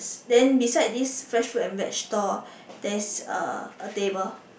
then beside this fresh fruit and veg store there is a a table